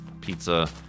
pizza